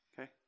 okay